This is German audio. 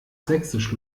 sächsisch